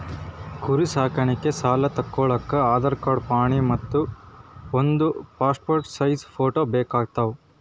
ಕುರಿ ಸಾಕಾಣಿಕೆ ಸಾಲಾ ತಗೋಳಕ್ಕ ಆಧಾರ್ ಕಾರ್ಡ್ ಪಾಣಿ ಪತ್ರ ಮತ್ತ್ ಒಂದ್ ಪಾಸ್ಪೋರ್ಟ್ ಸೈಜ್ ಫೋಟೋ ಬೇಕಾತವ್